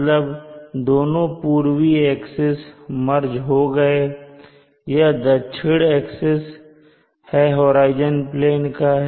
मतलब दोनों पूर्वी एक्सिस मर्ज हो गए यह दक्षिण एक्सिस है होराइजन प्लेन का